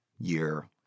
year